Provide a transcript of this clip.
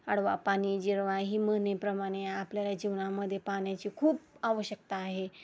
अडवा पाणी जिरवा ही म्हणी प्रमाणे आपल्याला जीवनामध्ये पाण्याची खूप आवश्यकता आहे